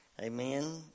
amen